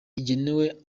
igenewe